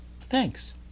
Thanks